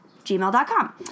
gmail.com